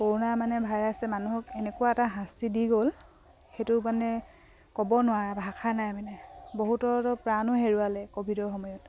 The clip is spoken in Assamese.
কৰ'না মানে ভাইৰাছে মানুহক এনেকুৱা এটা শাস্তি দি গ'ল সেইটো মানে ক'ব নোৱাৰা ভাষা নাই মানে বহুতৰো প্ৰাণো হেৰুৱালে ক'ভিডৰ সময়ত